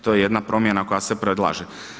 To je jedna promjena koja se predlaže.